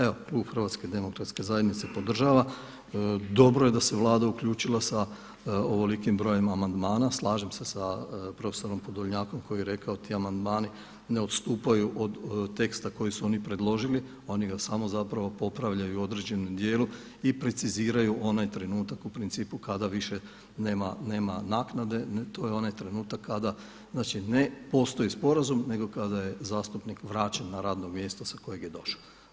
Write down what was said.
Evo, klub HDZ-a podržava, dobro je da se Vlada uključila sa ovolikim brojem amandmana, slažem se sa profesorom Podolonjakom koji je rekao, ti amandmani ne odstupaju od teksta koji su oni predložili, oni ga samo zapravo popravljaju u određenom dijelu i preciziraju onaj trenutak u principu kada više nema naknade, to je onaj trenutak kada ne postoji sporazum, nego kada je zastupnik vraćen na radno mjesto s kojeg je došao.